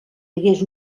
hagués